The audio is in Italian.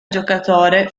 giocatore